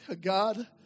God